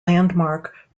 landmark